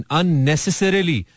unnecessarily